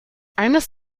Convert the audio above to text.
eines